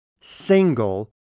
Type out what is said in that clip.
single